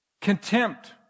contempt